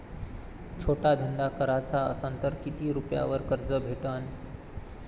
छोटा धंदा कराचा असन तर किती रुप्यावर कर्ज भेटन?